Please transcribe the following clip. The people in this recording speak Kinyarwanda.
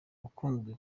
ukunze